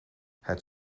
het